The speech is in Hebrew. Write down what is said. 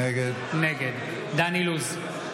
נגד דן אילוז,